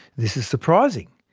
this is surprising,